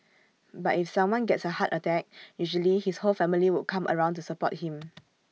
but if someone gets A heart attack usually his whole family would come around to support him